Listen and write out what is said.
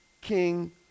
king